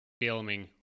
filming